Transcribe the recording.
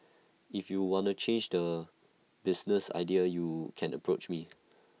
if you wanna change the business idea you can approach me